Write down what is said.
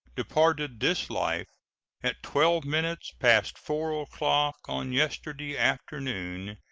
departed this life at twelve minutes past four o'clock on yesterday afternoon.